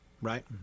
right